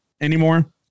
anymore